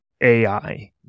AI